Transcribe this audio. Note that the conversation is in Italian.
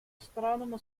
astronomo